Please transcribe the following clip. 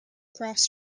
cross